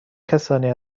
کسانی